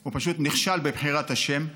הוא פשוט נכשל בבחירת השם.